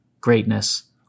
greatness